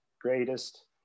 greatest